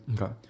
Okay